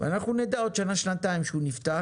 ואנחנו נדע עוד שנה-שנתיים שהוא נפתח